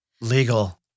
legal